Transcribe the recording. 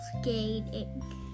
skating